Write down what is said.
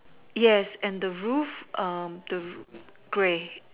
yes and the roof um the grey